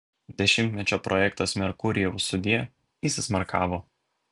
dešimtmečio projektas merkurijau sudie įsismarkavo